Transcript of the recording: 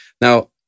Now